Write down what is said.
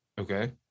Okay